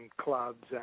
clubs